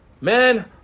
Man